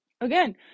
Again